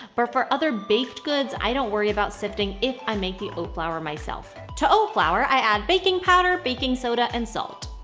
but for other baked goods, i don't worry about sifting if i make the oat flour myself. to oat flour, i add baking powder, baking soda and salt.